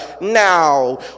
now